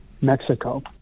Mexico